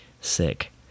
sick